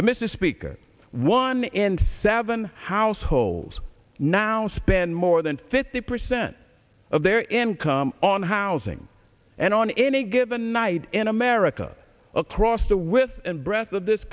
and mrs speaker one and seven households now spend more than fifty percent of their income on housing and on any given night in america across the width and breadth of this